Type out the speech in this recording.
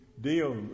deal